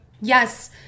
yes